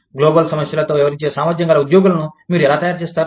global సమస్యలతో వ్యవహరించే సామర్థ్యం గల ఉద్యోగులను మీరు ఎలా తయారు చేస్తారు